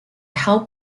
help